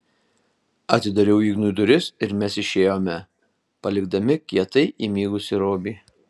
atidariau ignui duris ir mes išėjome palikdami kietai įmigusį robį